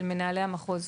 של מנהלי המחוז.